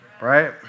Right